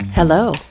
Hello